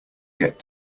get